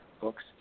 books